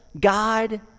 God